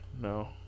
No